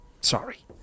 Sorry